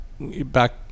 back